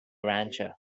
rancher